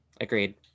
Agreed